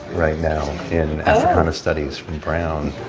right now and kind of studies from brown.